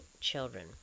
children